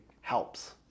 helps